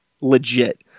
legit